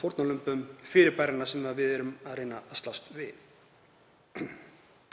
fórnarlömbum fyrirbæranna sem við erum að reyna að slást við.